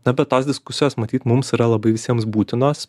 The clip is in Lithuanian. na bet tos diskusijos matyt mums yra labai visiems būtinos